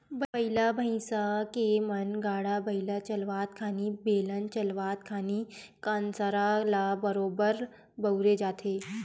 बइला भइसा के म गाड़ा बइला चलावत खानी, बेलन चलावत खानी कांसरा ल बरोबर बउरे जाथे